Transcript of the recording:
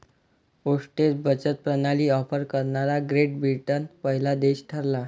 postage बचत प्रणाली offer करणारा ग्रेट ब्रिटन पहिला देश ठरला